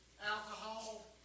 alcohol